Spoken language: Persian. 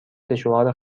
سشوار